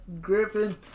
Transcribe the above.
Griffin